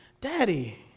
Daddy